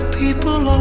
people